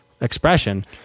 expression